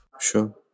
Sure